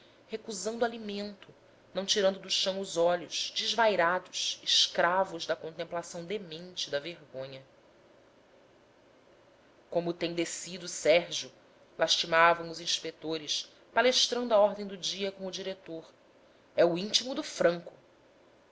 recusando alimento não tirando do chão os olhos desvairados escravos da contemplação demente da vergonha como tem descido sérgio lastimavam os inspetores palestrando a ordem do dia com o diretor é o intimo do franco